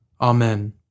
Amen